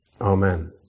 Amen